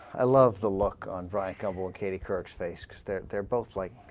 i love the lock on bryant gumbel ah katie couric space that they're both like